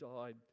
died